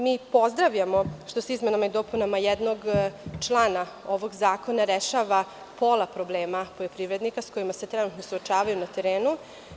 Mi pozdravljamo što se izmenama i dopunama jednog člana ovog zakona rešava pola problema poljoprivrednika, s kojima se trenutno suočavaju na terenu.